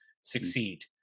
succeed